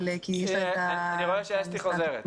כי היא הייתה --- אני רואה שאסתי חוזרת.